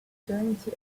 trinity